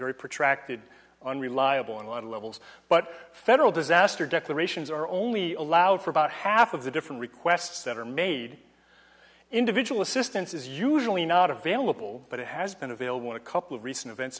very protracted unreliable and a lot of levels but federal disaster declarations are only allowed for about half of the different requests that are made individual assistance is usually not available but it has been available in a couple of recent events